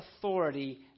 authority